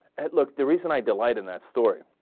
at look the reason i don't live in that story